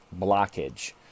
blockage